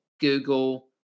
Google